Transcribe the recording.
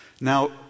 Now